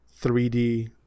3D